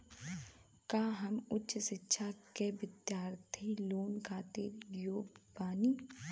का हम उच्च शिक्षा के बिद्यार्थी लोन खातिर योग्य बानी?